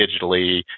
digitally